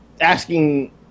asking